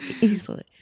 easily